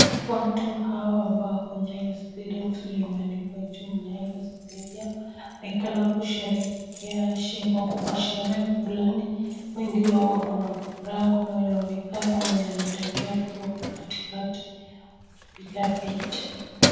Watu hawa ambao wako Nyayo Stadium vile imeandikwa juu Nyayo Stadium . Wanaonekana kusherehekea; wako kwa sherehe fulani wengi wao wako na furaha. Kuna wamekaa, kuna wanatembea tu hapo katikati wakipiga picha.